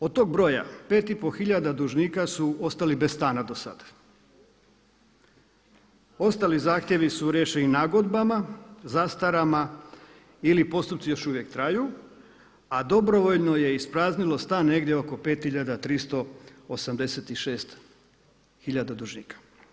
Od tog broja 5,5 hiljada dužnika su ostali bez stana do sada, ostali zahtjevi su riješeni nagodbama, zastarama ili postupci još uvijek traju a dobrovoljno je ispraznilo stan negdje oko 5 hiljada 386 hiljada dužnika.